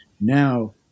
Now